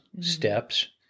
steps